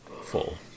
full